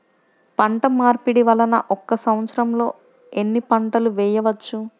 పంటమార్పిడి వలన ఒక్క సంవత్సరంలో ఎన్ని పంటలు వేయవచ్చు?